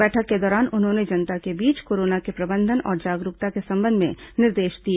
बैठक के दौरान उन्होंने जनता के बीच कोरोना के प्रबंधन और जागरूकता के संबंध में निर्देश दिए